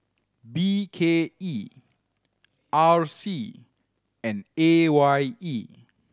B K E R C and A Y E